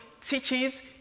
teaches